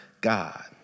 God